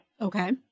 Okay